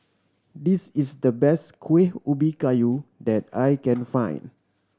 this is the best Kuih Ubi Kayu that I can find